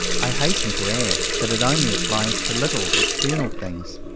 i hasten to add that it only applies to little external things.